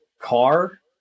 CAR